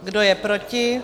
Kdo je proti?